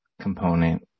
component